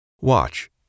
Watch